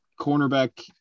cornerback